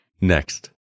Next